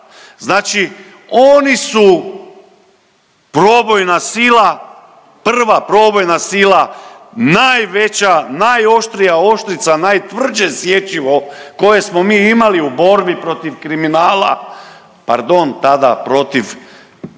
sila, prva probojna sila najveća, najoštrija oštrica, najtvrđe sječivo koje smo mi imali u borbi protiv kriminala, pardon tada protiv